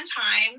time